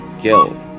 kill